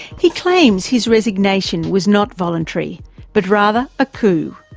he claims his resignation was not voluntary but rather a coup,